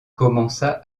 commença